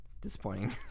Disappointing